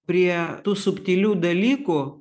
prie tų subtilių dalykų